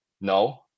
No